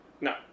No